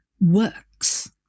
works